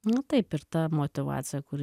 na taip ir ta motyvacija kuri